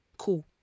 cool